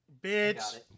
Bitch